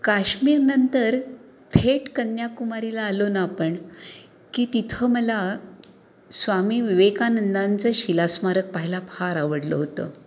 काश्मीरनंतर थेट कन्याकुमारीला आलो ना आपण की तिथं मला स्वामी विवेकानंदांचं शिला स्मारक पाहायला फार आवडलं होतं